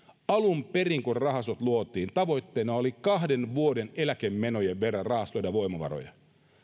alun perin kun rahastot luotiin tavoitteena oli kahden vuoden eläkemenojen verran rahastoida voimavaroja